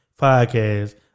podcast